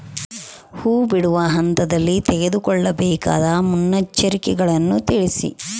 ಹೂ ಬಿಡುವ ಹಂತದಲ್ಲಿ ತೆಗೆದುಕೊಳ್ಳಬೇಕಾದ ಮುನ್ನೆಚ್ಚರಿಕೆಗಳನ್ನು ತಿಳಿಸಿ?